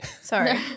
Sorry